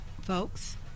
Folks